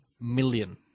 million